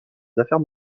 affaires